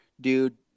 Dude